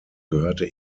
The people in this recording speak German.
gehörte